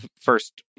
first